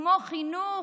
כמו חינוך,